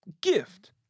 gift